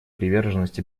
приверженность